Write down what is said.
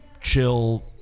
chill